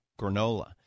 granola